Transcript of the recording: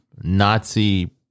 Nazi